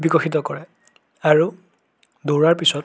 বিকশিত কৰে আৰু দৌৰাৰ পিছত